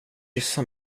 kyssa